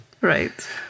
Right